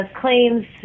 claims